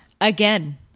Again